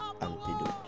Antidote